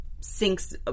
sinks